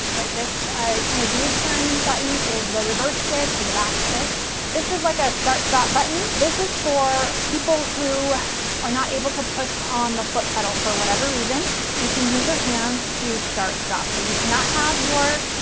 right this kind of u-turn button is the reverse stitch or the back stitch this is like a start stop button this is for people who are not able to push on the foot pedal for whatever reason you can use your hands to start stop so you cannot have your